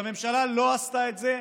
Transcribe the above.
והממשלה לא עשתה את זה.